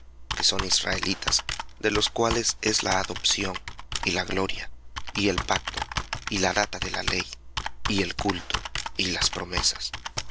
que son israelitas de los cuales es la adopción y la gloria y el pacto y la data de la ley y el culto y las promesas